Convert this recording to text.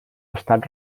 estat